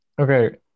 Okay